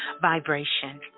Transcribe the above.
vibration